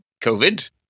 COVID